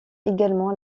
également